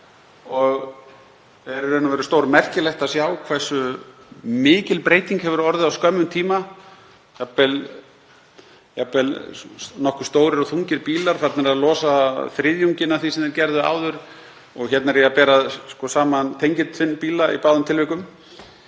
og er í raun stórmerkilegt að sjá hversu mikil breyting hefur orðið á skömmum tíma, jafnvel nokkuð stórir og þungir bílar eru farnir að losa þriðjunginn af því sem þeir gerðu áður, og hér er ég að bera saman tengiltvinnbíla í báðum tilvikum.